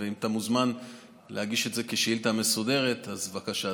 אתה מוזמן להגיש את זה כשאילתה מסודרת, אז בבקשה.